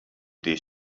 this